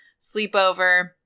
sleepover